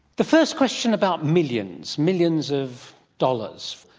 the first question about millions, millions of dollars,